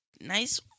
nice